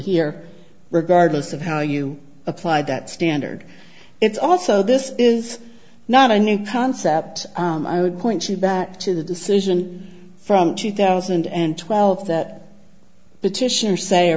here regardless of how you applied that standard it's also this is not a new concept i would point you back to the decision from two thousand and twelve that petitioners say or